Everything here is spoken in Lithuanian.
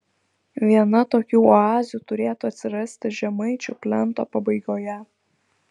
viena tokių oazių turėtų atsirasti žemaičių plento pabaigoje